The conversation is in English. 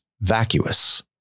vacuous